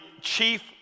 chief